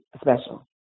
special